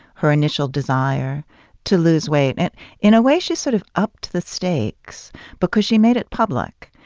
her initial desire to lose weight. and in a way, she sort of upped the stakes because she made it public,